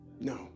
No